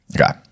Okay